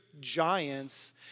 giants